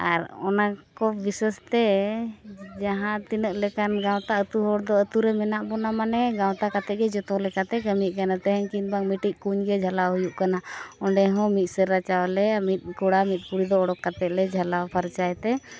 ᱟᱨ ᱚᱱᱟ ᱠᱚ ᱵᱤᱥᱮᱥ ᱛᱮ ᱡᱟᱦᱟᱸ ᱛᱤᱱᱟᱹᱜ ᱞᱮᱠᱟᱱ ᱜᱟᱶᱛᱟ ᱟᱹᱛᱩ ᱦᱚᱲ ᱫᱚ ᱟᱹᱛᱩ ᱨᱮ ᱢᱮᱱᱟᱜ ᱵᱚᱱᱟ ᱢᱟᱱᱮ ᱜᱟᱶᱛᱟ ᱠᱟᱛᱮᱫ ᱜᱮ ᱡᱚᱛᱚ ᱞᱮᱠᱟᱛᱮ ᱠᱟᱹᱢᱤᱜ ᱠᱟᱱᱟ ᱛᱮᱦᱤᱧ ᱠᱤᱢᱵᱟ ᱢᱤᱫᱴᱤᱡ ᱠᱩᱧ ᱜᱮ ᱡᱷᱟᱞᱟᱣ ᱦᱩᱭᱩᱜ ᱠᱟᱱᱟ ᱚᱸᱰᱮ ᱦᱚᱸ ᱢᱤᱫ ᱥᱮᱨᱟ ᱪᱟᱣᱞᱮ ᱢᱤᱫ ᱠᱚᱲᱟ ᱢᱤᱫ ᱠᱩᱲᱤ ᱫᱚ ᱩᱰᱩᱠ ᱠᱟᱛᱮᱫ ᱞᱮ ᱡᱷᱟᱞᱟᱣ ᱯᱷᱟᱨᱪᱟᱭ ᱛᱮ